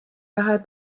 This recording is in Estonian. pähe